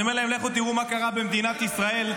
אני אומר להם: לכו תראו מה קרה במדינת ישראל.